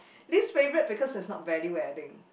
least favourite because it's not value adding